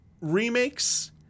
Remakes